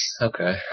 Okay